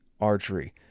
Archery